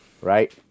right